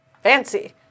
fancy